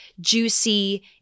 juicy